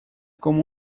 como